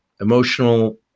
emotional